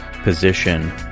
Position